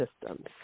systems